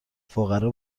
فقرا